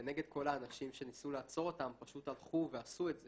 כנגד כל האנשים שניסו לעצור אותם פשוט הלכו ועשו את זה.